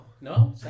No